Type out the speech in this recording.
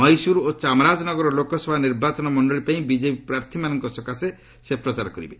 ମହୀଶ୍ଚର ଓ ଚାମ୍ରାଜନଗର ଲୋକସଭା ନିର୍ବାଚନ ମଣ୍ଡଳୀ ପାଇଁ ବିଜେପି ପ୍ରାର୍ଥୀମାନଙ୍କ ସକାଶେ ସେ ପ୍ରଚାର କରିବେ